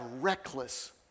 reckless